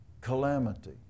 calamity